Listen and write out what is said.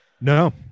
No